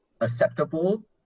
Acceptable